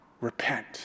Repent